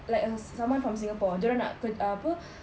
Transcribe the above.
like uh someone from singapore dorang nak ke~ uh apa